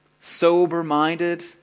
sober-minded